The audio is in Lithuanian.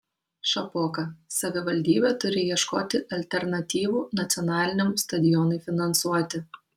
šapoka savivaldybė turi ieškoti alternatyvų nacionaliniam stadionui finansuoti